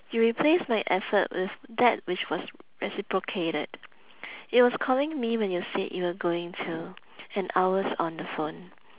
you replaced my effort with that which was reciprocated it was calling me when you said you were going to and hours on the phone